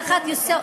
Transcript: יסוד,